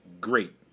great